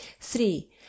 Three